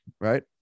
right